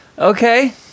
Okay